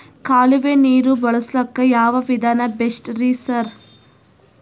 ಕಾಲುವೆ ನೀರು ಬಳಸಕ್ಕ್ ಯಾವ್ ವಿಧಾನ ಬೆಸ್ಟ್ ರಿ ಸರ್?